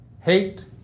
hate